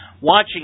watching